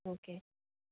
okay